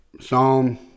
Psalm